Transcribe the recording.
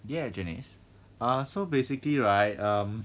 ya janice so basically right um